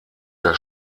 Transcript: der